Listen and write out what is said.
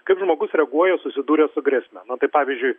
kaip žmogus reaguoja susidūręs su grėsme na tai pavyzdžiui